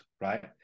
right